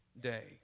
day